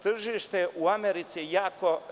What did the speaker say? Tržište u Americi je jako.